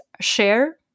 share